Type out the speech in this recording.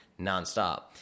nonstop